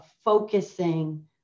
focusing